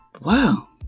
wow